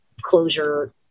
closure